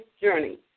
journey